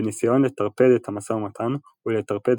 בניסיון לטרפד את המשא ומתן ולטרפד